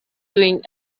doing